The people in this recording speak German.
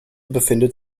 befindet